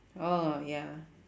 orh ya